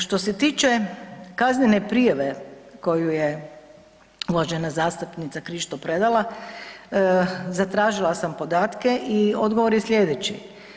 Što se tiče kaznene prijave koju je uvažena zastupnica Krišto predala zatražila sam podatke i odgovor je slijedeći.